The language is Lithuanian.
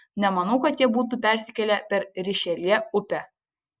nemanau kad jie būtų persikėlę per rišeljė upę